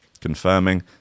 confirming